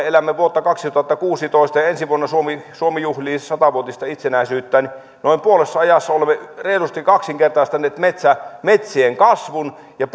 elämme vuotta kaksituhattakuusitoista ja ensi vuonna suomi suomi juhlii satavuotista itsenäisyyttään noin puolessa ajassa olemme reilusti kaksinkertaistaneet metsien kasvun ja